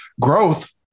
growth